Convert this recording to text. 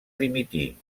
dimitir